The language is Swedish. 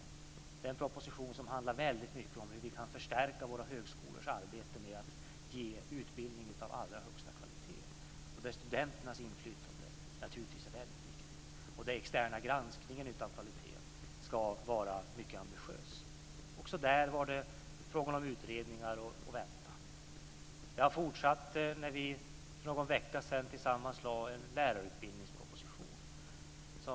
Det är en proposition som handlar mycket om hur vi kan förstärka våra högskolors arbete med att ge utbildning av allra högsta kvalitet. Studenternas inflytande är naturligtvis viktigt. Den externa granskningen av kvaliteten ska vara mycket ambitiös. Också där var det fråga om utredningar och om att vänta. Det har fortsatt när vi för någon vecka sedan tillsammans lade fram en lärarutbildningsproposition.